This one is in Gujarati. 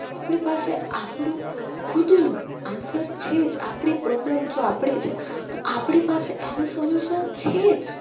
આપણી પાસે આપણું ખુદનું આન્સર છે જ આપણી પ્રોબ્લ્મ જો આપણે જ તો આપણી પાસે એનું સોલ્યુસન છેજ